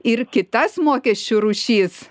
ir kitas mokesčių rūšis